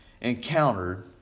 encountered